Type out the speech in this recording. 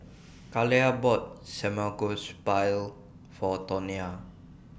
Kaila bought Samgeyopsal For Tonia